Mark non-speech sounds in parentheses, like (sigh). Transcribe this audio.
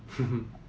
(laughs)